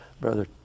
brother